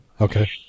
Okay